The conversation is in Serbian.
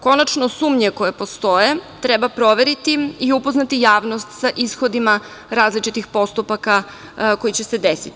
Konačno sumnje koje postoje treba proveriti i upoznati javnost sa ishodima različitih postupaka koji će se desiti.